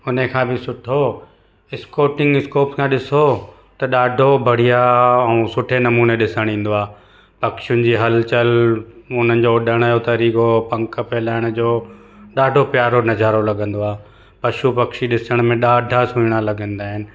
उन्हीअ खां त सुठो इस्कोटिंग स्कोप सां ॾिसो त ॾाढो बढ़िया ऐं सुठे नमूने ॾिसणु ईंदो आहे पक्षीयुनि जी हलचल उन्हनि जो उडण जो तरीक़ो पंख पियो हलायण जो ॾाढो प्यारो नज़ारो लॻंदो आहे पशु पक्षी ॾिसण में ॾाढा सुहिणा लॻंदा आइन